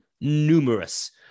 numerous